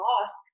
lost